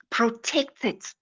Protected